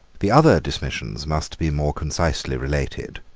the other dismissions must be more concisely related.